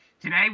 today